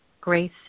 Grace